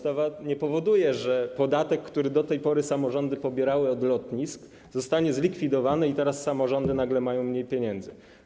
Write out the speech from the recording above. Ona nie powoduje, że podatek, który do tej pory samorządy pobierały od lotnisk, zostanie zlikwidowany i teraz samorządy nagle będą miały mniej pieniędzy.